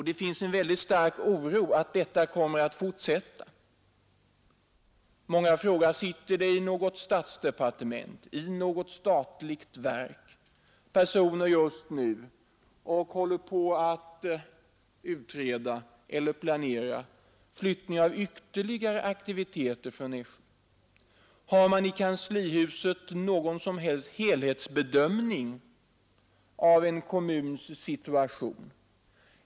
Det finns en väldigt stark oro för att detta kommer att fortsätta, och många frågar sig: Sitter det i något statsdepartement eller i något statligt verk just nu personer som håller på att utreda eller planera flyttning av ytterligare aktiviteter från Nässjö? Har man i kanslihuset någon som helst helhetsbedömning av en kommuns situation?